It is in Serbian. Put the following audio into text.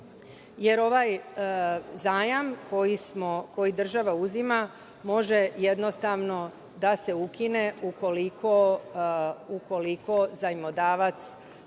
jer ovaj zajam koji država uzima može jednostavno da se ukine ukoliko zajmodavac